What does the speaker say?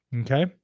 Okay